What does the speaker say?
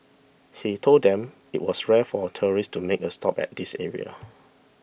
he told them it was rare for tourists to make a stop at this area